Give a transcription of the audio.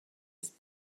ist